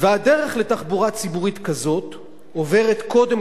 והדרך לתחבורה ציבורית כזאת עוברת קודם